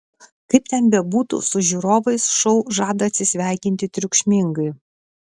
kaip ten bebūtų su žiūrovais šou žada atsisveikinti triukšmingai